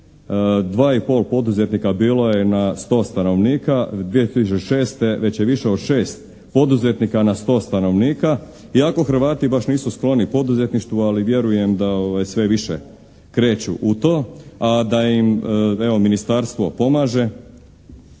2,5 poduzetnika bilo je na 100 stanovnika, 2006. već je više od 6 poduzetnika na 100 stanovnika iako Hrvati baš nisu skloni poduzetništvu ali vjerujem da sve više kreću u to. A da im evo ministarstvo pomaže